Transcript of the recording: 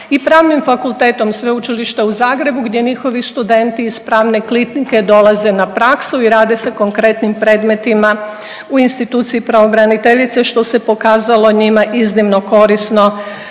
i Pravnim fakultetom Sveučilišta u Zagrebu, gdje njihovi studenti iz Pravne klinike dolaze na praksu i rade sa konkretnim predmetima u instituciji pravobraniteljice što se pokazalo njima iznimno korisno